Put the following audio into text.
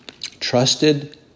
trusted